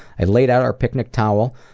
i laid out our picnic towel,